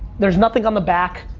there's nothing on the back,